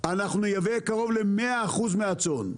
אנחנו נייבא קרוב ל-100% מהצאן.